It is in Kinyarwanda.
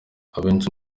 abenshi